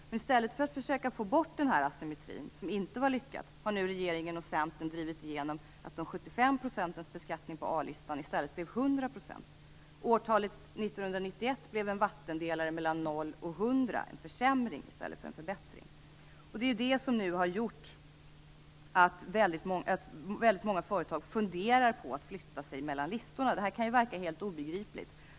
Men i stället för att försöka att få bort denna asymmetri, som inte var lyckad, har nu regeringen och Centern drivit igenom att den 75-procentiga beskattningen på A-listan i stället blir 100 procent. Årtalet 1991 blev en vattendelare mellan noll och hundra, en försämring i stället för en förbättring. Det är detta som nu har gjort att väldigt många företag funderar på att flytta sig mellan listorna. Det här kan ju verka helt obegripligt.